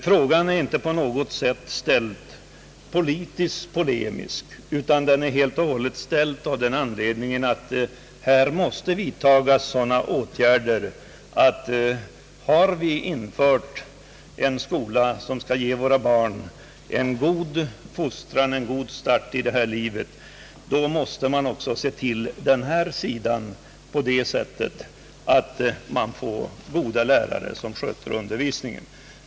Frågan är inte på något sätt ställd politiskt-polemiskt utan helt och hållet av den anledningen att det måste vidtas åtgärder för att tillgodose behovet av goda lärare som kan sköta undervisningen i den skola, vilken skall ge våra barn en god fostran och en god start i livet.